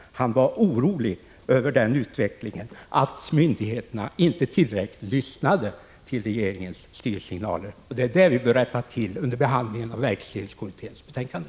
Han var orolig över den utvecklingen att myndigheterna inte tillräckligt lyssnar till regeringens styrsignaler. Det bör vi rätta till i samband med behandlingen av verksledningskommitténs betänkande.